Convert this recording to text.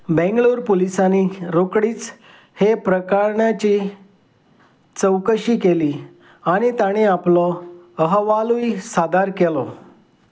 बँगलोर पुलिसांनी रोखडीच ह्या प्रकरणाची चवकशी केली आनी ताणें आपलो अहवालूय सादर केलो